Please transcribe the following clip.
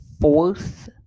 fourth